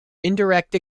indirect